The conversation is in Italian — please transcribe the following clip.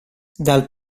dal